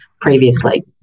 previously